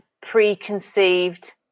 preconceived